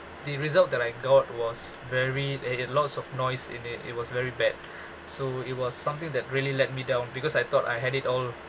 the result that I got was very it had lots of noise in it it was very bad so it was something that really let me down because I thought I had it all